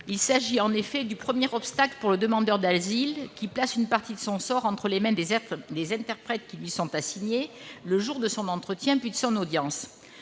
Il s'agit, en effet, du premier obstacle pour le demandeur d'asile, lequel place une partie de son sort entre les mains des interprètes qui lui sont assignés le jour de son entretien, puis lors de son audience.